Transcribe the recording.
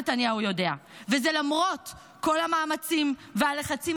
נתניהו יודע וזה למרות כל המאמצים והלחצים